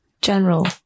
general